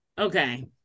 Okay